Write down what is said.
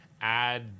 add